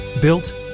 Built